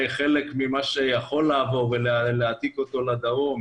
חלק יכול לעבור כאשר מעתיקים אותו לדרום